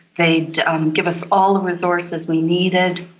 they'd give us all the resources we needed,